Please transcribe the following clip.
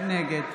נגד